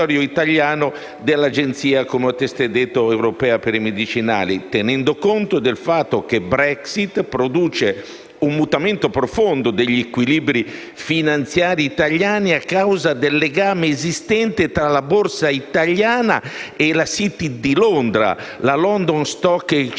un mutamento profondo degli equilibri finanziari italiani a causa del legame esistente tra la Borsa italiana e la *City* di Londra (*London Stock Exchange*), specie per quanto riguarda la piattaforma elettronica che regola le contrattazioni dei titoli di Stato; per quanto